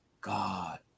God